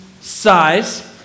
size